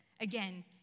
Again